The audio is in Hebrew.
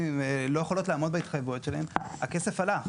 יכולות לעמוד בהתחייבויות שלהן הכסף הלך.